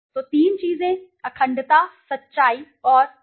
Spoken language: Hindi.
तो तीन चीजें अखंडता सच्चाई और प्रतिबद्धता